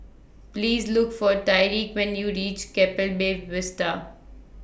Please Look For Tyreek when YOU REACH Keppel Bay Vista